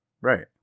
Right